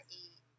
eight